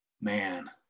Man